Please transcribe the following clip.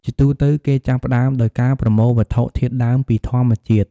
ជាទូទៅ គេចាប់ផ្តើមដោយការប្រមូលវត្ថុធាតុដើមពីធម្មជាតិ។